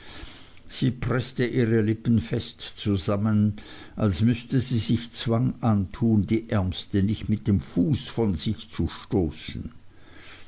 sie preßte ihre lippen fest zusammen als müßte sie sich zwang antun die ärmste nicht mit dem fuß von sich zu stoßen